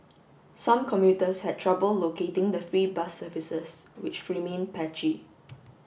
some commuters had trouble locating the free bus services which remain patchy